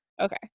Okay